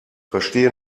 verstehe